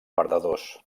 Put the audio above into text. perdedors